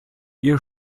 ihr